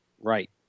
Right